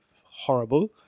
horrible